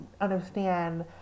understand